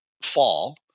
fall